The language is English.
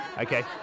okay